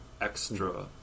extra